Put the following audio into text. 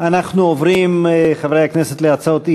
אנחנו עוברים, חברי הכנסת, להצעות אי-אמון.